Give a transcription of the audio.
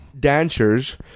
dancers